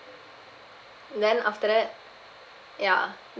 then after that yeah